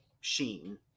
sheen